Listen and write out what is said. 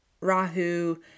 Rahu